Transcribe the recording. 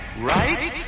Right